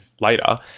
later